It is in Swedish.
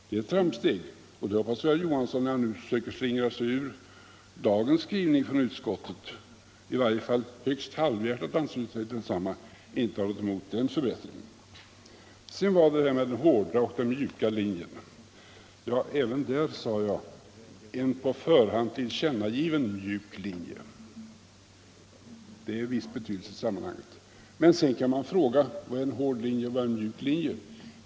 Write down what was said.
Det är ett framsteg, och jag hoppas att herr Johansson, när han nu försöker slingra sig ur dagens skrivning från utskottet eller i varje fall högst halvhjärtat ansluter sig till densamma, inte har något emot den förbättringen. Så var det detta med den hårda och den mjuka linjen. Ja, där talade jag om en på förhand tillkännagiven mjuk linje. Det är av viss betydelse i sammanhanget. Sedan kan man fråga: Vad är en hård linje och vad är en mjuk linje?